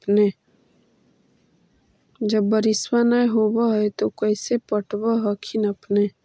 जब बारिसबा नय होब है तो कैसे पटब हखिन अपने?